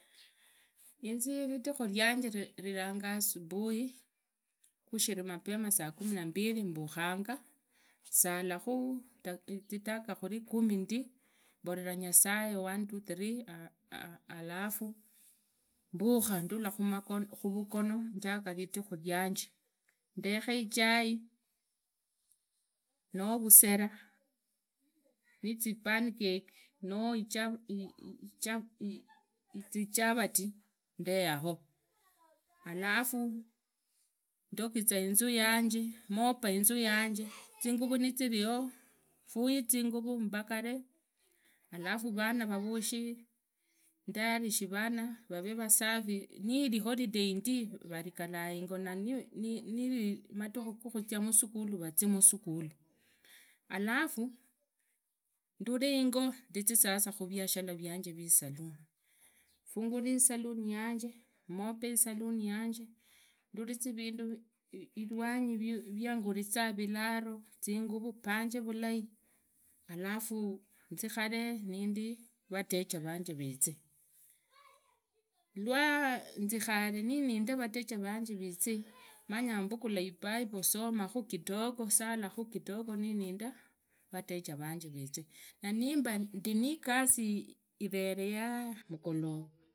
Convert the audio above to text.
Inzi ridhikhu vianje, vivanga subui gushiri mapema saa kumi mbili mbukhanga salakhu karibu zidakaa kumi ndi mbolamhu nyasaye one, two, three, alafu mbukhu, ndula kuvugono, njaga vidhikhu vianje ndekhe ichai noo, vusera nizipaneako noo zichavati nde yaho, alafu ndogiza inzu yanje, mopa inzu yanje, zinguvu niziriho fuye zinguvu mbagare, alafu vana vavusho ndayarishe vana, vavee vasafi, niriholiday ndi vavigala ingo na nivi madhukhu gakhuzia musukulu vazii masakhulu, alafu ndure ingo nzizee khuviashara vianje visaluni, fungule isaluni yanye, mope isaluni yanje, ndurize vindu ilwanyi, vianguliza, viralo, zinguvu, mbanje, alafu nzikharee nindi vateja vanje vize, lwanzikhare nininda vateja vanje vizee mayambukhala ibible somakhu, kitogo, salakhu kitogo nininda vateja vanje vize, na nimba ndi nigasi ivere ya mugolova.